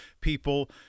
people